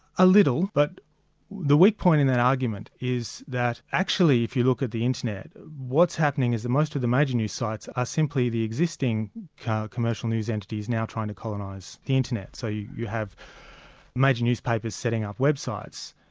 a little. but the weak point in that argument is that actually if you look at the internet, what's happening is that most of the major new sites are simply the existing current commercial news entities now trying to colonise the internet, so you you have major newspapers setting up websites.